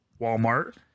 Walmart